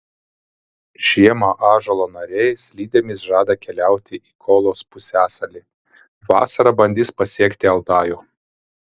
žiemą ąžuolo nariai slidėmis žada keliauti į kolos pusiasalį vasarą bandys pasiekti altajų